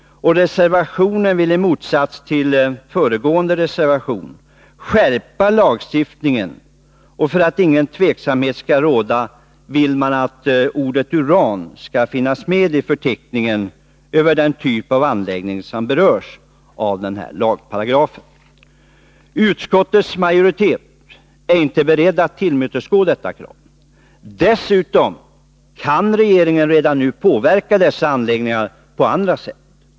Den reservationen vill, i motsats till föregående reservation, skärpa lagstiftningen, och för att ingen tveksamhet skall råda vill man att ordet uran skall finnas med i förteckningen över den typ av anläggning som berörs av den här lagparagrafen. Utskottets majoritet är inte beredd att tillmötesgå detta krav. Dessutom kan regeringen redan nu påverka dessa anläggningar på andra sätt.